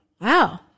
wow